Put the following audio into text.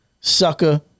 Sucker